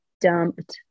dumped